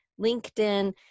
LinkedIn